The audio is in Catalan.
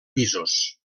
pisos